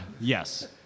yes